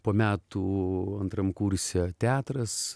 po metų antram kurse teatras